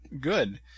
good